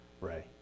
Ray